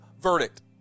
verdict